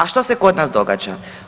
A što se kod nas događa?